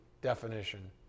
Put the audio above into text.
definition